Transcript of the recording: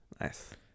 Nice